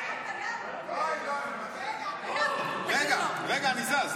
רגע, אני זז.